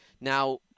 Now